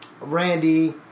Randy